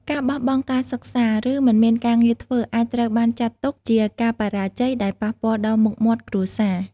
ការបោះបង់ការសិក្សា ឬមិនមានការងារធ្វើ អាចត្រូវបានចាត់ទុកជាការបរាជ័យដែលប៉ះពាល់ដល់មុខមាត់គ្រួសារ។